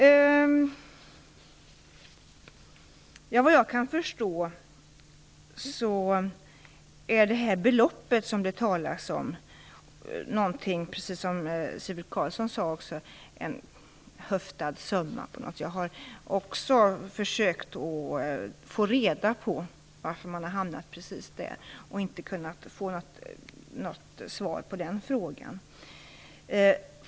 Såvitt jag kan förstå är det belopp som det talas om - precis som Sivert Carlsson sade - en höftad summa. Jag har försökt att få reda på varför man har hamnat just där och inte kunnat få något svar på den frågan.